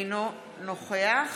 אינו נוכח